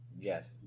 yes